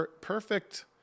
perfect